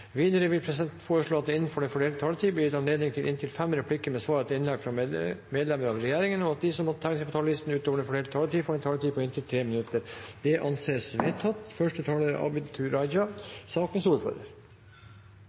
Videre vil presidenten foreslå at det – innenfor den fordelte taletid – blir gitt anledning til replikkordskifte på inntil fem replikker med svar etter innlegg fra medlemmer av regjeringen, og at de som måtte tegne seg på talerlisten utover den fordelte taletid, får en taletid på inntil 3 minutter. – Det anses vedtatt.